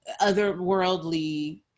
otherworldly